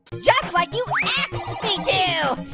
just like you axed me to.